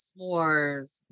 s'mores